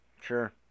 Sure